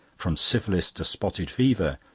from syphilis to spotted fever,